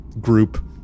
group